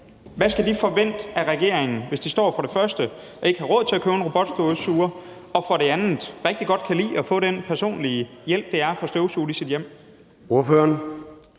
Hvad skal de forvente af regeringen, hvis de for det første står og ikke har råd til at købe en robotstøvsuger og for det andet rigtig godt kan lide at få den personlige hjælp, det er at få støvsuget i sit hjem? Kl.